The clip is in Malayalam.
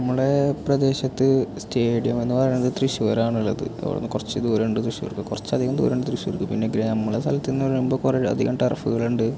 നമ്മുടെ പ്രദേശത്ത് സ്റ്റേഡിയം എന്നു പറയുന്നത് തൃശ്ശൂരാണുള്ളത് അവിടെ നിന്ന് കുറച്ച് ദൂരമുണ്ട് തൃശ്ശൂർക്ക് കുറച്ചധികം ദൂരമുണ്ട് തൃശ്ശൂർക്ക് പിന്നെ ഗ്രെ നമ്മുടെ സ്ഥലത്തു നിന്നു പറയുമ്പം കുറേ അധികം ടെറഫ്ഫുകളുണ്ട്